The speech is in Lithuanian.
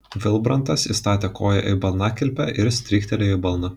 vilbrantas įstatė koją į balnakilpę ir stryktelėjo į balną